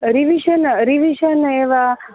revision revision एव